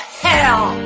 hell